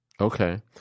Okay